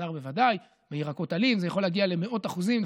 בשר בוודאי וירקות עלים, יכול להגיע למאות אחוזים.